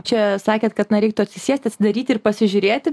čia sakėt kad na reiktų atsisėst atsidaryt ir pasižiūrėti